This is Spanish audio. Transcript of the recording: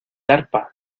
arpa